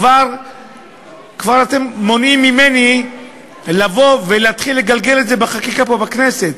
כבר אתם מונעים ממני לבוא ולהתחיל לגלגל את זה בחקיקה פה בכנסת.